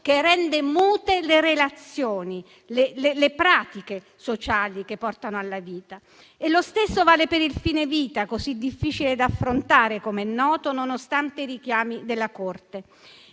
che rende mute le relazioni e le pratiche sociali che portano alla vita. Lo stesso vale per il fine vita, così difficile da affrontare, come è noto, nonostante i richiami della Corte.